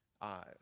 eyes